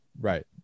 right